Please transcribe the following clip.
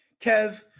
kev